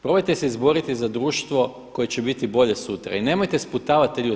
Probajte se izboriti za društvo koje će biti bolje sutra i nemojte sputavati ljude.